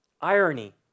irony